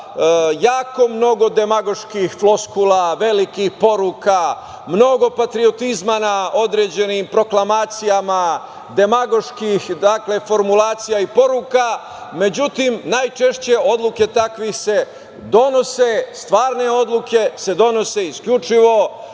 jako mnogo demagoški floskula, velikih poruka, mnogo patriotizma na određenim proklamacijama, demagoških formulacija i poruka. Međutim, najčešće odluke takvih se donose, stvarne odluke se donose isključivo